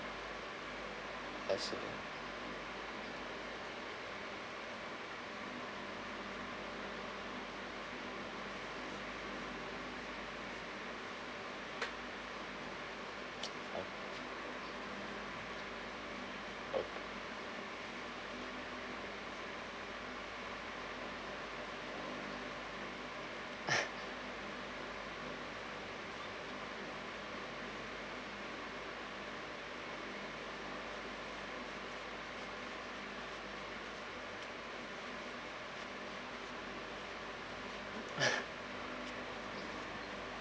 that's why